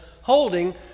holding